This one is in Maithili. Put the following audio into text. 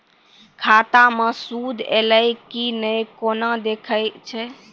खाता मे सूद एलय की ने कोना देखय छै?